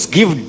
give